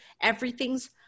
everything's